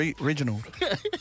Reginald